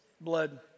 Blood